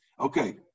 Okay